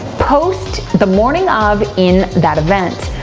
post the morning of, in that event.